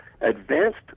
advanced